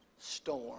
storm